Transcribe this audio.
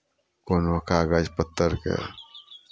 कोनो कागज पत्तरके